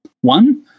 One